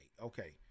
okay